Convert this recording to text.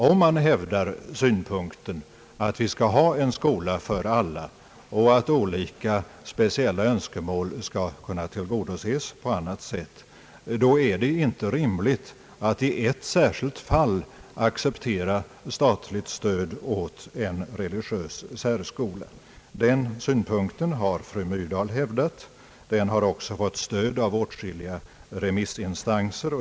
Om man hävdar synpunkten att vi skall ha en skola för alla och att olika speciella önskemål skall kunna tillgodoses på annat sätt, är det inte rimligt att i ett särskilt fall acceptera statligt stöd åt en religiös särskola. Den synpunkten har fru Myrdal hävdat. Den har också fått stöd av åtskilliga remissinstanser.